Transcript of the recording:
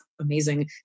amazing